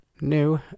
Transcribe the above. New